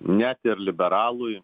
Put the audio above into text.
net ir liberalui